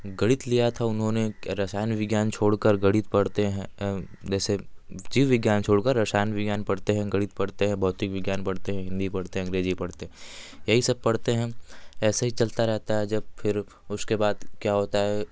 गणित लिया था उन्होंने क रसायन विज्ञान छोड़कर गणित पढ़ते हैं जैसे जीव विज्ञान छोड़कर रसायन विज्ञान पढ़ते हैं गणित पढ़ते हैं भौतिक विज्ञान पढ़ते हैं हिंदी पढ़ते हैं अंग्रेज़ी पढ़ते हैं यही सब पढ़ते हैं ऐसे ही चलता रहता है जब फिर उसके बाद क्या होता है